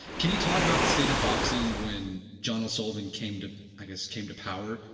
can you talk about the state of boxing when john l. sullivan came to i guess came to power?